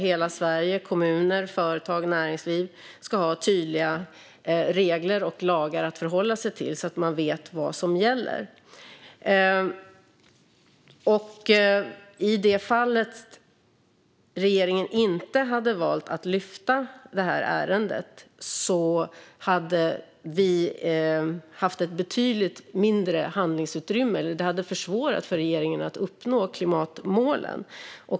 Hela Sverige - kommuner, företag och näringsliv - ska ha tydliga regler och lagar att förhålla sig till så att man vet vad som gäller. Om regeringen inte hade valt att ta upp detta ärende hade vi haft ett betydligt mindre handlingsutrymme - det hade försvårat för regeringen att uppnå klimatmålen.